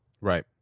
Right